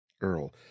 Earl